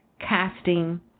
casting